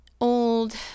old